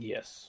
Yes